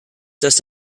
dass